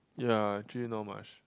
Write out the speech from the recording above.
ya actually not much